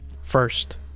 First